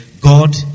God